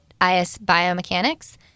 ISBiomechanics